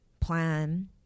plan